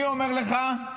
אני אומר לך,